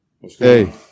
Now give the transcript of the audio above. Hey